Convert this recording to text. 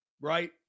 right